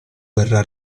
verrà